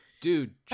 dude